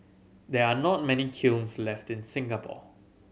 there are not many kilns left in Singapore